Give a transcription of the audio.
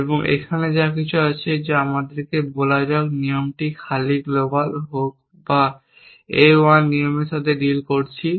এবং এখানে যা কিছু আছে যা আমাদেরকে বলা যাক নিয়ম খালি গ্লোবাল হোক আমরা A 1 নিয়মের সাথে ডিল করছি